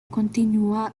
continúa